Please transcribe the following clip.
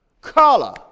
Color